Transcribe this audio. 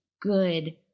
good